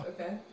Okay